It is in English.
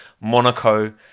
Monaco